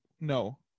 no